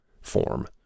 form